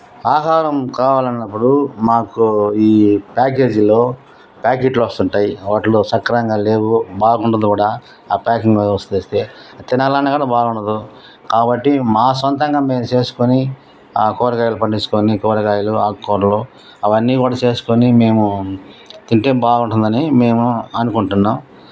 ఆహారం కావాలి అన్నప్పుడు మాకు ఈ ప్యాకేజీలో ప్యాకెట్లు వస్తుంటాయి వాటిలో సక్రమంగా లేవు బాగుండదు కూడా ఆ ప్యాకింగ్ వస్తేస్తే తినాలన్నా కాని బాగుండదు కాబట్టి మా సొంతంగా మేం చేస్కొని కూరగాయలు పండించుకొని కూరగాయలు ఆకుకూరలు అవన్నీ కూడా చేసుకోని మేము తింటే బాగుంటుందని మేము అనుకుంటున్నాం